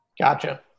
gotcha